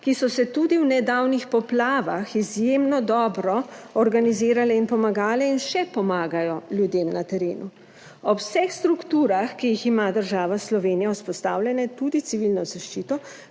ki so se tudi v nedavnih poplavah izjemno dobro organizirale in pomagale in še pomagajo ljudem na terenu. Ob vseh strukturah, ki jih ima država Slovenija vzpostavljene, tudi civilno zaščito,